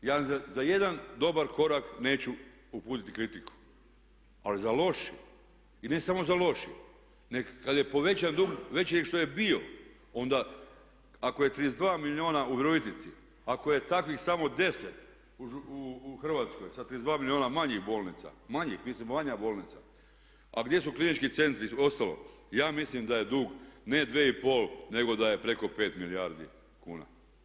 Ja za jedan dobar korak neću uputiti kritiku, ali za loši i ne samo za loši, nego kad je povećan dug veći nego što je bio, onda ako je 32 milijuna u Virovitici, ako je takvih samo 10 u Hrvatskoj sa 32 milijuna manjih bolnica, manjih, mislim manja bolnica, a gdje su klinički centri i ostalo ja mislim da je dug ne 2 i pol nego da je preko 5 milijardi kuna.